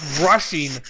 rushing